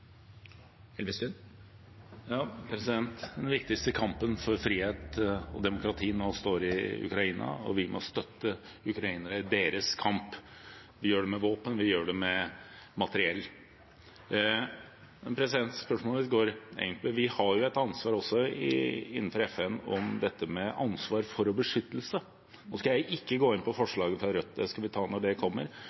Den viktigste kampen for frihet og demokrati nå står i Ukraina, og vi må støtte ukrainere i deres kamp. Vi gjør det med våpen, vi gjør det med materiell. Vi har jo et ansvar også innenfor FN, dette med ansvar for å beskytte. Nå skal jeg ikke gå inn på forslaget fra Rødt, det skal vi ta når det kommer,